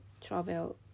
travel